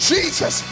Jesus